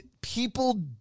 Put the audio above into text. People